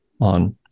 on